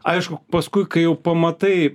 aišku paskui kai jau pamatai